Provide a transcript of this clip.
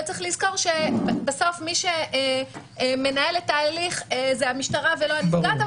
אבל צריך לזכור שבסוף מי שמנהל את ההליך זה המשטרה ולא הנפגעת,